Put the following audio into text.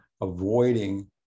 avoiding